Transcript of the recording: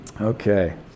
okay